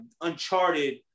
Uncharted